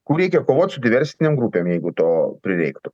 kur reikia kovot su diversinėm grupėm jeigu to prireiktų